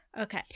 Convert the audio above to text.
okay